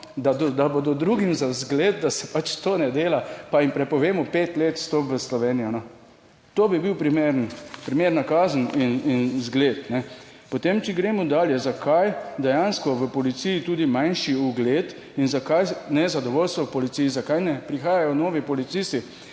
da bodo drugim za vzgled, da se pač to ne dela. Pa jim prepovemo pet let vstop v Slovenijo, to bi bil primeren, primerna kazen in zgled. Potem če gremo dalje, zakaj dejansko v policiji tudi manjši ugled in zakaj nezadovoljstvo v policiji, zakaj ne prihajajo novi policisti